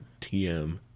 TM